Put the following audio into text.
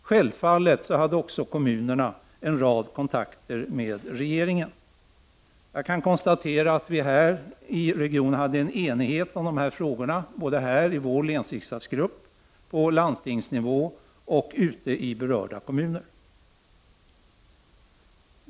Självfallet hade kommunerna också en rad kontakter med regeringen. Jag kan konstatera att det inom regionen fanns en enighet i den här frågan, såväl i vår länsriksdagsgrupp som på landstingsnivå och ute i berörda kommuner.